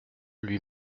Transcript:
lui